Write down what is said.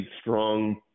strong